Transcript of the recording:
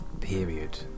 period